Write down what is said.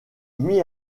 mis